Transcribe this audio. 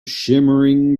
shimmering